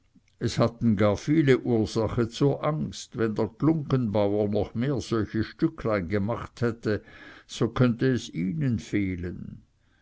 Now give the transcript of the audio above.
es hatten gar viele ursache zur angst wenn der glunggenbauer noch mehr solche stücklein gemacht hätte so könnte es ihnen fehlen